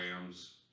Rams